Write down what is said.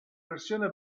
versione